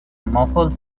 muffled